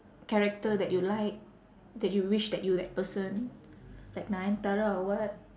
character that you like that you wished that you that person like nayanthara or what